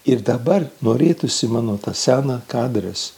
ir dabar norėtųsi mano tą seną kadras